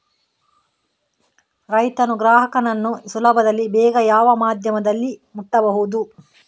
ರೈತನು ಗ್ರಾಹಕನನ್ನು ಸುಲಭದಲ್ಲಿ ಬೇಗ ಯಾವ ಮಾಧ್ಯಮದಲ್ಲಿ ಮುಟ್ಟಬಹುದು?